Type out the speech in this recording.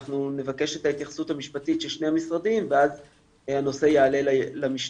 אנחנו נבקש את ההתייחסות המשפטית של שני המשרדים ואז הנושא יעלה למשנה.